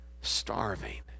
starving